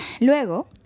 luego